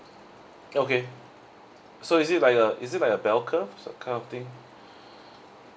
okay so is it like a is it like a bell curve kind of thing